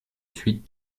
suis